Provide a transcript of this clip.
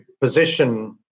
position